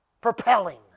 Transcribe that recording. propelling